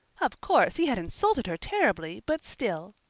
of course, he had insulted her terribly, but still!